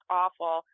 awful